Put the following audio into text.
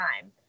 time